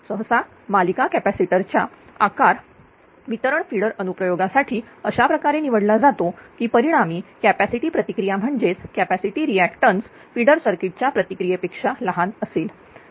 सहसा मालिका कॅपॅसिटर च्या आकार वितरण फिडर अनु प्रयोगासाठी अशाप्रकारे निवडला जातो की परिणामी कॅपॅसिटी प्रतिक्रिया म्हणजेच कॅपिसिटी रिअॅक्टॅन्स फिडर सर्किट च्या प्रतिक्रीया पेक्षा लहान असेल